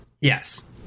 Yes